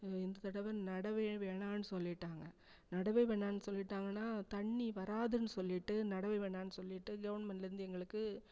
இந்த தடவை நடவே வேண்ணான்னு சொல்லிவிட்டாங்க நடவே வேண்ணான்னு சொல்லிவிட்டாங்கன்னா தண்ணி வராதுன்னு சொல்லிவிட்டு நடவே வேண்ணான்னு சொல்லிவிட்டு கவர்மண்ட்லேருந்து எங்களுக்கு